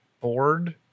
board